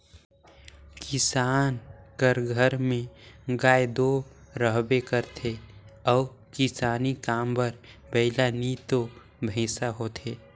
किसान कर घर में गाय दो रहबे करथे अउ किसानी काम बर बइला नी तो भंइसा होथे